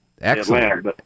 Excellent